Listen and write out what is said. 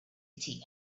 city